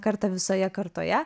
kartą visoje kartoje